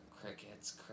Crickets